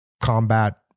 combat